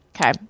Okay